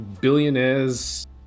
billionaires